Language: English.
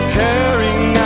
caring